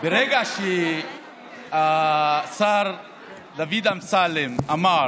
ברגע שהשר דוד אמסלם אמר